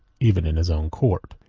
even in his own court.